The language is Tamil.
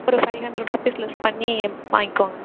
ஒரு ஃபைவ் ஹண்ட்ரட் ருபீஸ் லெஸ் பண்ணி வாங்கிக்கோங்க